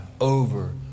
over